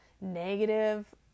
negative